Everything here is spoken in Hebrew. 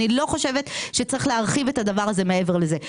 אני לא חושבת שצריך להרחיב את זה מעבר לזה.